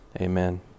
amen